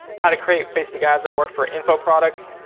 how to create facebook ads that work for info products,